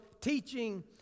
teaching